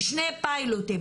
שני פיילוטים,